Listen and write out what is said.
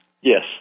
Yes